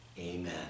Amen